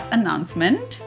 Announcement